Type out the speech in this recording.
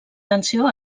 tensió